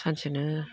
सानसेनो